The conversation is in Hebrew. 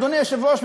אדוני היושב-ראש,